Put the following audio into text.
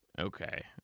okay